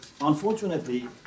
unfortunately